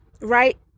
Right